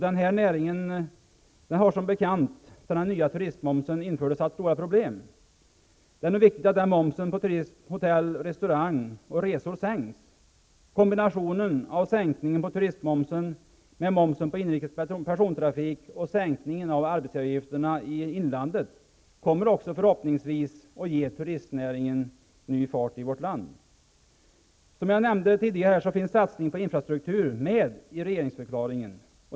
Denna näring har som bekant sedan den nya turistmomsen infördes haft stora problem. Därför är det nu viktigt att momsen på turism, hotell och restauranger samt resor sänks. Kombinationen av sänkningen av turistmomsen med momsen på inrikes persontrafik och sänkningen av arbetsgivaravgifterna i inlandet kommer förhoppningsvis att ge turistnäringen ny fart i vårt land. Som jag tidigare nämnde finns satsningen på infrastruktur med i regeringsförklaringen.